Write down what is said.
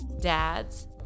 dads